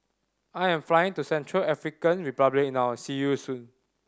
I am flying to Central African Republic now see you soon